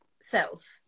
self